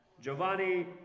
Giovanni